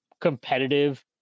competitive